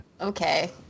okay